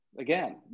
again